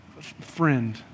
friend